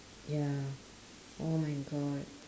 ya oh my god